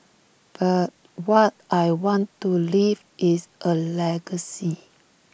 but what I want to leave is A legacy